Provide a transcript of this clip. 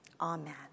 Amen